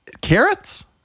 Carrots